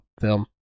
film